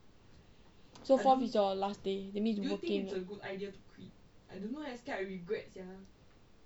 so fourth is your last day that means your working ah